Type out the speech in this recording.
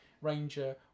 Ranger